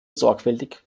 sorgfältig